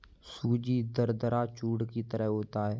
सूजी दरदरा चूर्ण की तरह होता है